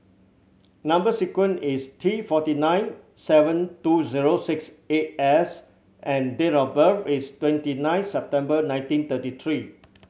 number sequence is T forty nine seven two zero six eight S and date of birth is twenty nine September nineteen thirty three